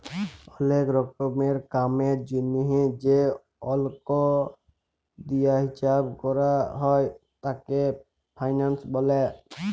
ওলেক রকমের কামের জনহে যে অল্ক দিয়া হিচ্চাব ক্যরা হ্যয় তাকে ফিন্যান্স ব্যলে